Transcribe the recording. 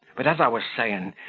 but, as i was saying,